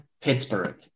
Pittsburgh